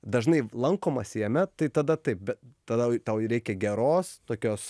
dažnai lankomasi jame tai tada taip be tada tau reikia geros tokios